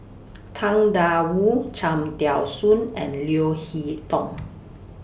Tang DA Wu Cham Tao Soon and Leo Hee Tong